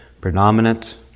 predominant